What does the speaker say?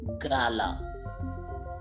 GALA